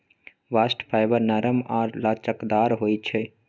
bast fibre नरम आऽ लचकदार होइ छइ